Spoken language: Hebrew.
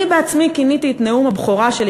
אני בעצמי כיניתי את נאום הבכורה שלי